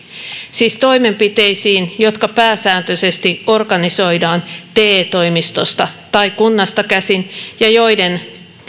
siis toimenpiteisiin jotka pääsääntöisesti organisoidaan te toimistosta tai kunnasta käsin ja joiden